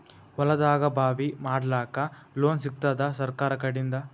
ಹೊಲದಾಗಬಾವಿ ಮಾಡಲಾಕ ಲೋನ್ ಸಿಗತ್ತಾದ ಸರ್ಕಾರಕಡಿಂದ?